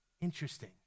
Interesting